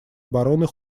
обороны